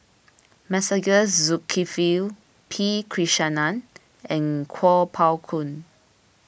Masagos Zulkifli P Krishnan and Kuo Pao Kun